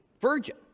virgin